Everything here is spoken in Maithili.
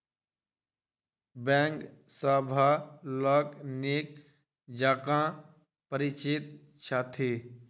बैंक सॅ सभ लोक नीक जकाँ परिचित छथि